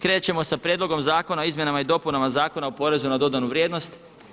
Krećemo sa prijedlogom Zakona o izmjenama i dopunama Zakona o porezu na dodanu vrijednost.